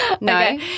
No